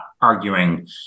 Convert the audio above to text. arguing